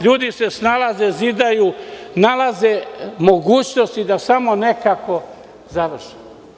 Ljudi se snalaze, zidaju, nalaze mogućnosti da samo nekako završe.